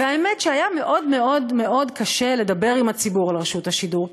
האמת שהיה קשה מאוד מאוד מאוד לדבר עם הציבור על רשות השידור,